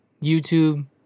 YouTube